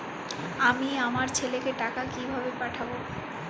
আমি আমার ছেলেকে টাকা কিভাবে পাঠাব?